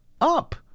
up